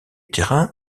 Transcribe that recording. terrain